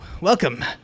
Welcome